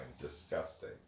Disgusting